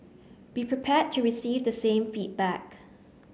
be prepared to receive the same feedback